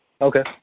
Okay